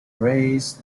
race